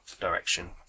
direction